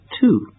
two